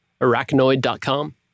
arachnoid.com